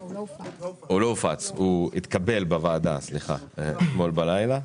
הוא לא הופץ, הוא התקבל בוועדה אתמול בלילה.